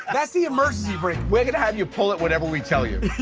that's the emergency brake. we're gonna have you pull it whenever we tell you.